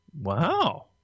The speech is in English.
Wow